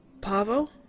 Pavo